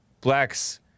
blacks